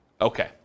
Okay